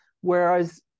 whereas